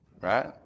Right